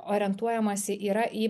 orientuojamasi yra į